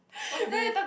what's this